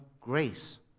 grace